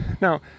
Now